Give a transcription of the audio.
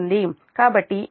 కాబట్టి ఈ వైపు మీ j0